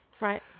right